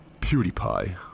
PewDiePie